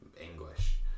English